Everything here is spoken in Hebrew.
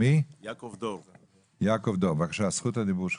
יעקב דור, בבקשה, זכות הדיבור שלך.